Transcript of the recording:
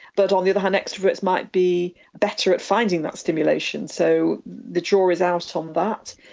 but on the other hand, extroverts might be better at finding that stimulation, so the jury's out on that.